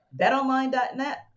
BetOnline.net